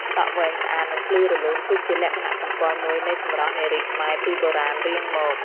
សក់វែងស្អាត និងភ្លឺរលោងគឺជាលក្ខណៈសម្គាល់មួយនៃសម្រស់នារីខ្មែរពីបុរាណរៀងមក។